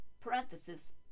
Parenthesis